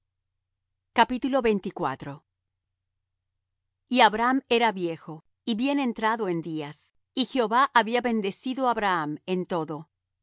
de heth y abraham era viejo y bien entrado en días y jehová había bendecido á abraham en todo